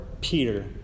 Peter